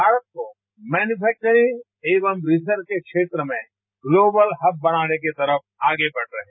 भारत को मैन्यूफैक्चरिंग एवं रिसर्च के क्षेत्र में ग्लोबल हब बनाने की तरफ आगे बढ़ रहे हैं